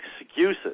excuses